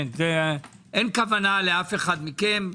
אין כוונה לאף אחד מכם,